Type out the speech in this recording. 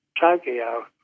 Tokyo